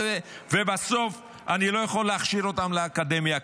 ובסוף אני לא יכול להכשיר אותם לאקדמיה.